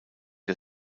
der